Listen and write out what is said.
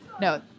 no